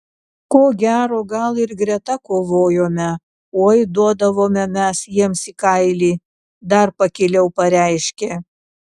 ko gero gal ir greta kovojome oi duodavome mes jiems į kailį dar pakiliau pareiškė